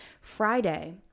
Friday